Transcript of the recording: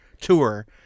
tour